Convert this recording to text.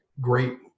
great